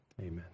Amen